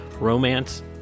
romance